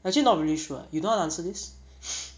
actually not really sure you don't wanna answer this